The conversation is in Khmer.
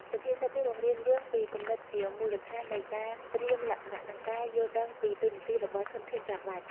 សុភាសិតនេះបង្រៀនយើងពីគំនិតជាមូលដ្ឋាននៃការត្រៀមលក្ខណៈ និងការយល់ដឹងពីតួនាទីរបស់ធនធានចាំបាច់។